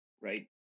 right